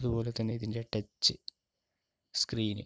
അതുപോലെ തന്നെ ഇതിൻ്റെ ടച്ച് സ്ക്രീന്